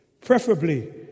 preferably